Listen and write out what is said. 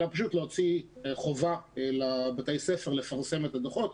אלא פשוט להוציא הנחיית חובה לבתי הספר לפרסם את הדוחות.